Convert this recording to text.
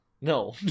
No